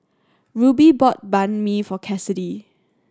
Ruby bought Banh Mi for Kassidy